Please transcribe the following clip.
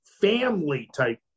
family-type